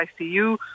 ICU